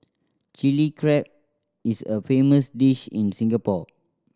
Chilli Crab is a famous dish in Singapore